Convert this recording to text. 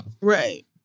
right